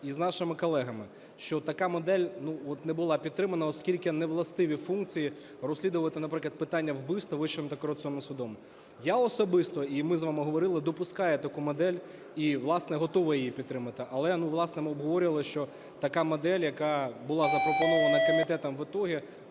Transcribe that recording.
і з нашими колегами, що така модель не була підтримана, оскільки невластиві функції, розслідувати, наприклад, питання вбивства Вищим антикорупційним судом. Я особисто, і ми з вами говорили, допускаю таку модель і, власне, готовий її підтримати. Але, власне, ми обговорювали, що така модель, яка була запропонована комітетом в итоге,